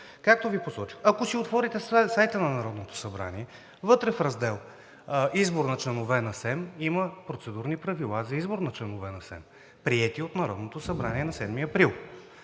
Както Ви посочих, ако си отворите страницата на Народното събрание, вътре в раздел „Избор на членове на СЕМ“, има Процедурни правила за избор на членове на СЕМ, приети от Народното събрание на 7 април